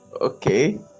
okay